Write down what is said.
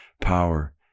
power